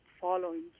following